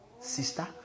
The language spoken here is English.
sister